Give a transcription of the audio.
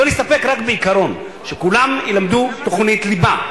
בוא ונסתפק רק בְּעיקרון שכולם ילמדו תוכנית ליבה,